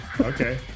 Okay